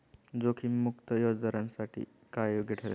जोखीम मुक्त व्याजदरासाठी काय योग्य ठरेल?